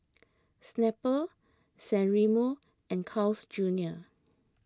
Snapple San Remo and Carl's Junior